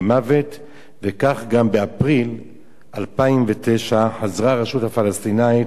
כך, גם באפריל 2009 חזרה הרשות הפלסטינית על אותה